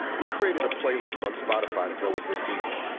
we created a playlist on spotify to go with this season.